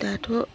दाथ'